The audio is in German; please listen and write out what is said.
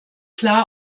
klar